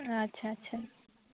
ᱟᱪᱪᱷᱟ ᱟᱪᱪᱷᱟ